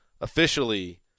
officially